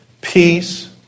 Peace